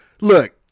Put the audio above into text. Look